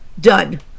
done